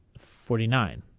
forty nine.